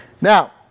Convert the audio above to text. Now